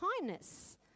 Kindness